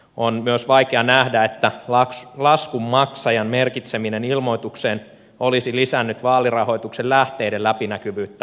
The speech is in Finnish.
on myös vaikea nähdä että laskun maksajan merkitseminen ilmoitukseen olisi lisännyt vaalirahoituksen lähteiden läpinäkyvyyttä